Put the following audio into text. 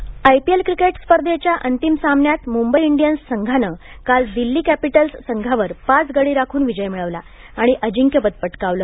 IPL IPL cricket स्पर्धेच्या अंतिम सामन्यात मुंबई इंडियन्स संघानं काल दिल्ली कॅपिटल्स संघावर पाच गडी राखून विजय मिळवला आणि अजिंक्यपद पटकावलं